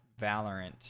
valorant